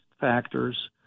factors